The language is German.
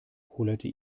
kullerte